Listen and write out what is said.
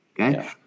Okay